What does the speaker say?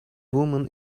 woman